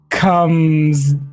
Comes